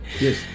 Yes